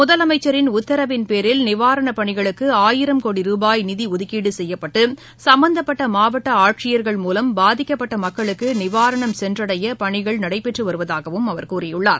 முதலமைச்சரின் உத்தரவின் பேரில் நிவாரணப் பணிகளுக்குஆயிரம் கோடி ரூபாய் நிதிஒதுக்கீடுசெய்யப்பட்டுசம்மந்தப்பட்டமாவட்டஆட்சியர்கள் மூலம் பாதிக்கப்பட்டமக்களுக்குநிவாரணம் சென்றடையபணிகள் நடைபெற்றுவருவதாகவும் அவர் கூறியுள்ளார்